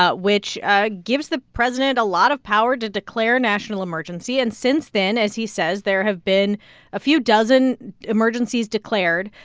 ah which ah gives the president a lot of power to declare a national emergency. and since then, as he says, there have been a few dozen emergencies declared.